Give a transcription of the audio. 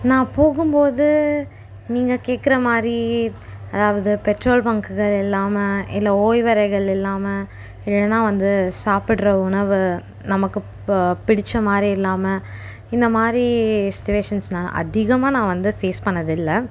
நான் போகும்போது நீங்கள் கேட்குற மாதிரி அதாவது பெட்ரோல் பங்க்குகள் இல்லாமல் இல்லை ஓய்வறைகள் இல்லாமல் இல்லைனா வந்து சாப்பிட்ற உணவு நமக்கு இப்போ பிடித்த மாதிரி இல்லாமல் இந்த மாதிரி சுச்சிவேஷன்ஸ் நான் அதிகமாக நான் வந்து ஃபேஸ் பண்ணதில்லை